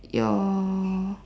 your